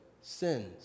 sins